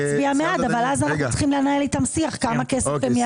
אבל אז אנחנו צריכים לנהל איתם שיח על כמה כסף הם ---.